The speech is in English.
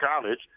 College